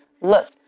Look